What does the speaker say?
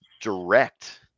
direct